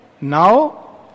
Now